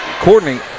Courtney